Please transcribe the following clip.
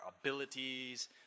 abilities